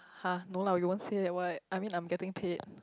!huh! no lah we won't say that [what] I mean I am getting paid